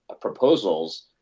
proposals